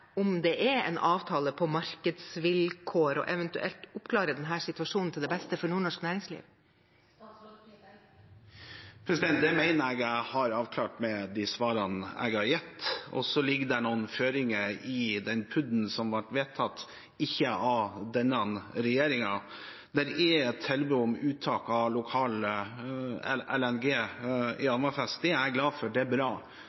om det er en avtale på markedsvilkår, og eventuelt oppklare denne situasjonen til beste for nordnorsk næringsliv? Det mener jeg at jeg har avklart med de svarene jeg har gitt, og det ligger noen føringer i den PUD-en som ble vedtatt, men ikke av denne regjeringen. Det er tilbud om uttak av lokal LNG i Hammerfest. Det er jeg glad for. Det er bra,